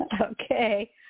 okay